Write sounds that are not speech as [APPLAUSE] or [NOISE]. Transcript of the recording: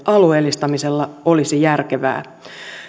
[UNINTELLIGIBLE] alueellistamisella olisi järkevää